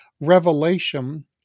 revelation